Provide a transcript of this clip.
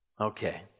Okay